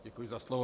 Děkuji za slovo.